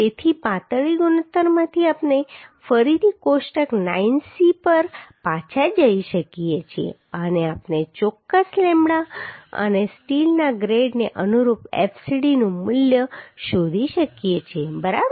તેથી પાતળી ગુણોત્તરમાંથી આપણે ફરીથી કોષ્ટક 9C પર પાછા જઈ શકીએ છીએ અને આપણે ચોક્કસ લેમ્બડા અને સ્ટીલના ગ્રેડને અનુરૂપ fcd નું મૂલ્ય શોધી શકીએ છીએ બરાબર